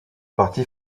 parti